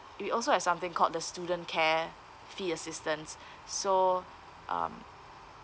we also have something called the student care fee assistance so um